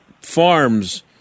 farms